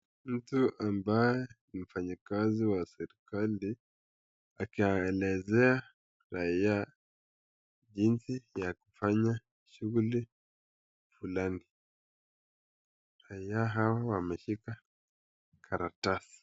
Mtu ambaye ni mfanyikazi wa serikali akiwaelezea raia jinsi ya kufanya shughuli fulani. Raia hao wameshika karatasi.